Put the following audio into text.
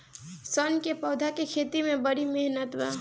सन क पौधा के खेती में बड़ी मेहनत बा